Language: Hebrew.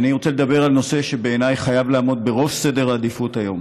אני רוצה לדבר על נושא שבעיניי חייב לעמוד בראש סדר העדיפות היום,